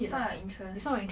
it's not your interest